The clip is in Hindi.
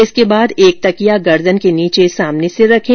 इसके बाद एक तकिया गर्दन के नीचे सामने से रखें